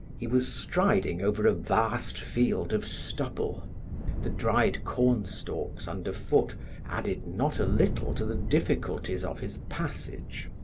he was striding over a vast field of stubble the dried corn-stalks underfoot added not a little to the difficulties of his passage,